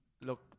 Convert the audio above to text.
look